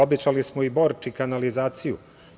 Obećali smo i Borči kanalizaciju.